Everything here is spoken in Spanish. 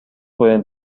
pueden